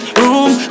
room